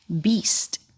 beast